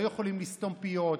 הם לא יכולים לסתום פיות,